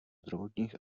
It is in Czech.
zdravotních